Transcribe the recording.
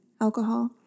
alcohol